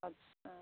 अच्छा